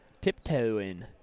tiptoeing